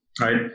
right